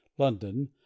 london